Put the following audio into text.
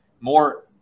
more